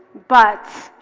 but